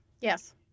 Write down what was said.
Yes